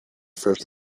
first